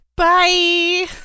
Bye